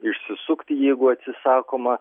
išsisukti jeigu atsisakoma